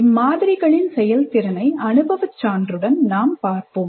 இம்மாதிரிகளின் செயல்திறனை அனுபவச் சான்றுடன் நாம் பார்ப்போம்